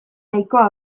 nahikoa